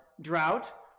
drought